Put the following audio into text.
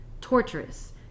torturous